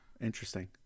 Interesting